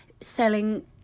selling